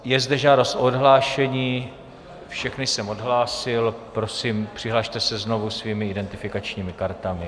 Je zde žádost o odhlášení, všechny jsem vás odhlásil, prosím, přihlaste se znovu svými identifikačními kartami.